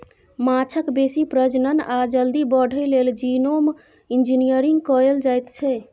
माछक बेसी प्रजनन आ जल्दी बढ़य लेल जीनोम इंजिनियरिंग कएल जाएत छै